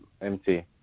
MT